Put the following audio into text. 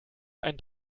einen